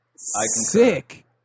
Sick